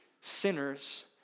sinners